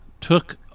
took